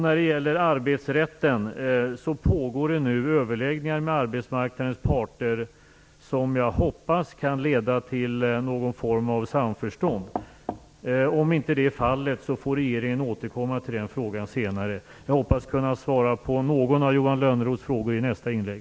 När det gäller arbetsrätten pågår nu överläggningar med arbetsmarknadens parter som jag hoppas kan leda till någon form av samförstånd. Om inte så blir fallet får regeringen återkomma till frågan senare. Jag hoppas kunna svara på någon av Johan Lönnroths frågor i nästa inlägg.